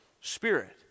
spirit